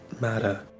matter